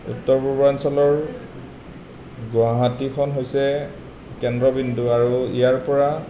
উত্তৰ পূৰ্বাঞ্চলৰ গুৱাহাটীখন হৈছে কেন্দ্ৰবিন্দু আৰু ইয়াৰ পৰা